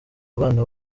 abana